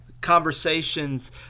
conversations